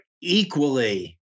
equally